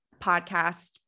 podcast